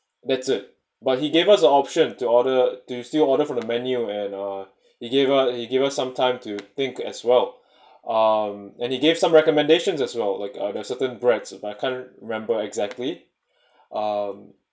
that's it but he gave us the option to order to still order from the menu and uh he gave up he gave us some time to think as well um and he gave some recommendations as well like uh there're certain breads but I can't remember exactly um